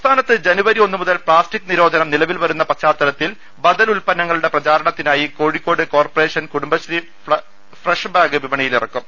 സംസ്ഥാനത്ത് ജനുവരി ഒന്ന് മുതൽ പ്ലാസ്റ്റിക്ക് നിരോധനം നിലവിൽ വരുന്ന പശ്ചാത്തലത്തിൽ ബദൽ ഉല്പന്നങ്ങളുടെ പ്രചാരണത്തിനായി കോഴിക്കോട് കോർപ്പറേഷൻ കുടുംബശ്രീ ഫ്രഷ്ബാഗ് വിപണിയിലിറക്കും